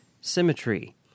Symmetry